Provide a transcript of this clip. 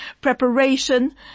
preparation